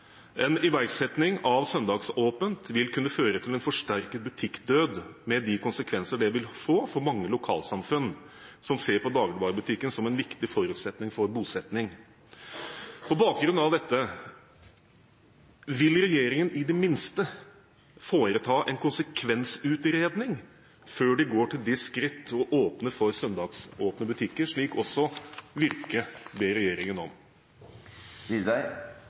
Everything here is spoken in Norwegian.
En iverksetting av søndagsåpent vil kunne føre til en forsterket butikkdød, med de konsekvenser det vil få for mange lokalsamfunn som ser på dagligvarebutikken som en viktig forutsetning for bosetting. På bakgrunn av dette, vil regjeringen i det minste foreta en konsekvensutredning før de går til det skritt å åpne for søndagsåpne butikker, som også Virke ber regjeringen om?